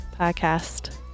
podcast